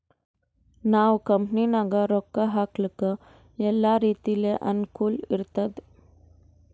ನಾವ್ ಕಂಪನಿನಾಗ್ ರೊಕ್ಕಾ ಹಾಕ್ಲಕ್ ಎಲ್ಲಾ ರೀತಿಲೆ ಅನುಕೂಲ್ ಇರ್ತುದ್